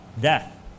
Death